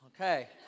okay